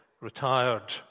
retired